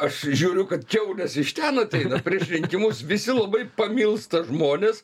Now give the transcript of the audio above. aš žiūriu kad kiaulės iš tena atei prieš rinkimus visi labai pamilsta žmones